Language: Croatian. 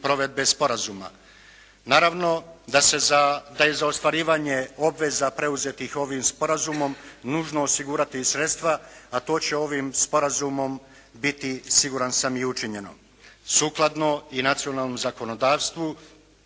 provedbe sporazuma. Naravno da je za ostvarivanje obveza preuzetih ovim sporazumom nužno osigurati i sredstva, a to će ovim sporazumom biti siguran sam i učinjeno sukladno i nacionalnom zakonodavstvu